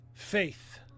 faith